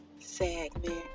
segment